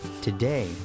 Today